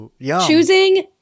choosing